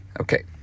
Okay